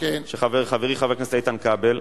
של חברי חבר הכנסת איתן כבל,